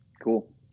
Cool